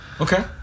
Okay